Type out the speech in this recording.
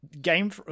Game